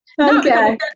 Okay